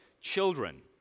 children